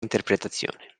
interpretazione